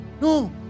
No